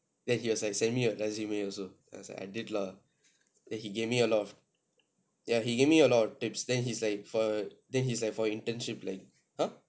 then he was like send me your resume also then I was like I did lah that he gave me a lot of ya he gave me a lot of tips then he's like for then he's like for internship like !huh!